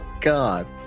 God